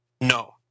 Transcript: No